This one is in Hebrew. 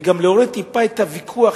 וגם להוריד טיפה את הוויכוח,